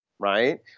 Right